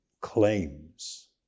claims